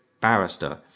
barrister